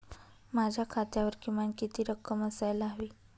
माझ्या खात्यावर किमान किती रक्कम असायला हवी?